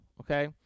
Okay